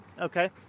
okay